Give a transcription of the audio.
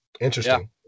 Interesting